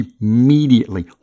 Immediately